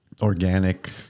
organic